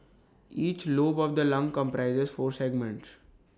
each lobe of the lung comprises four segments